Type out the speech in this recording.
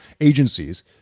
agencies